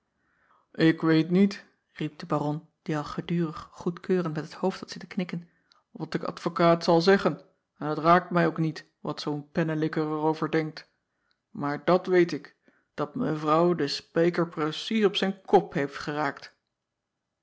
k weet niet riep de aron die al gedurig goedkeurend met het hoofd had zitten knikken wat de advokaat zal zeggen en t raakt mij ook niet wat zoo n pennelikker er over denkt maar dat weet ik dat evrouw den spijker precies op zijn kop heeft geraakt